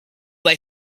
they